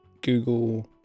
google